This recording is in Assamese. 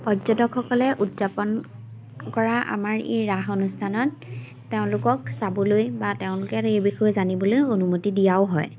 পৰ্যটকসকলে উদযাপন কৰা আমাৰ ই ৰাস অনুষ্ঠানত তেওঁলোকক চাবলৈ বা তেওঁলোকে এই বিষয়ে জানিবলৈ অনুমতি দিয়াও হয়